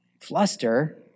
fluster